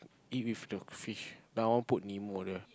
eat with the fish now I want put Nemo there